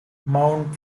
mount